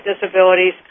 Disabilities